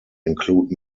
include